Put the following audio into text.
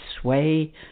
sway